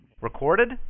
Recorded